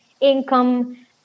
income